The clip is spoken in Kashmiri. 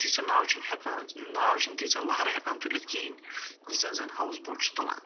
تیٖژٕ ناوٕ چھِنہٕ ہٮ۪کان ناو چھِنہٕ تیٖژاہ لہرٕ ہٮ۪کان تُلِتھ کِہیٖنۍ ییٖژاہ زن ہاوُس بوٹ چھِ تُلان